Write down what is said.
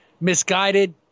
Misguided